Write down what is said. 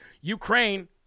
Ukraine